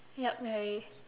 yup very